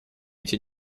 эти